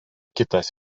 kitas